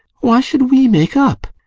why should we make up?